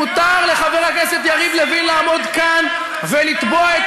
מותר לחבר הכנסת יריב לוין לעמוד כאן ולתבוע את